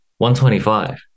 125